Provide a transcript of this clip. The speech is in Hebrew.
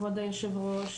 כבוד היושב ראש,